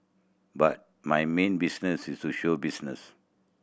but my main business is show business